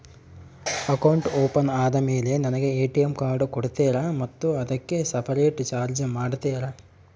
Account open ಆದಮೇಲೆ ನನಗೆ ATM card ಕೊಡ್ತೇರಾ ಮತ್ತು ಅದಕ್ಕೆ ಸಪರೇಟ್ ಚಾರ್ಜ್ ಮಾಡ್ತೇರಾ?